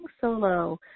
solo